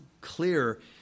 clear